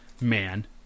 Man